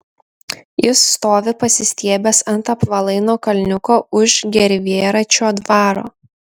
jis stovi pasistiebęs ant apvalaino kalniuko už gervėračio dvaro